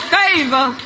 favor